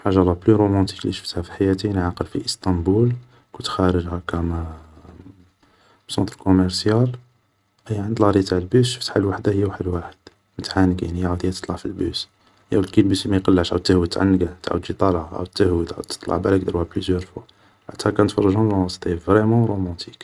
حاجة لا بلو رومونتيك اللي شفتها في حياتي راني عاقل في إسطنبول, كنت خارج هاكا من سونطر كومارسيال, مريح عند لاري تاع البوس شفت حا الوحدة هي و حا الواحد متعانقين, أيا هي تعاود تطلع في البوس, أيا كي البوس ميقلعش عاود تهود تعنقه عاود تجي طالعة, عاود تهود عاود تطلع, بلاك داروها بليزيور فوا, قعدت هاكا نتفرج, سيتي فريمون رومانتيك